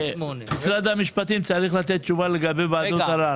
משרד המשפטים צריך לתת תשובה ועדות הערר.